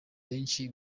benshi